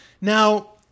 Now